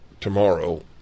tomorrow